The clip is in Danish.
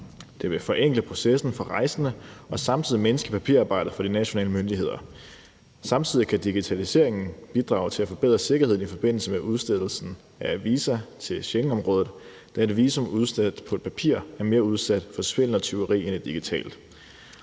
Det vil forenkle processen for rejsende og samtidig mindske papirarbejdet for de nationale myndigheder. Samtidig kan digitaliseringen forbedre sikkerheden i forbindelse med udstedelsen af et visum til Schengenområdet, da et visum udstedt på papir er mere udsat for svindel og tyveri end et digitalt